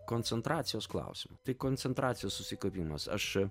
koncentracijos klausimo tai koncentracijos susikaupimas aš